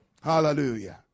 Hallelujah